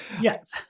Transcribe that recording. Yes